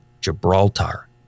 Gibraltar